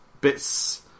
bits